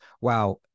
wow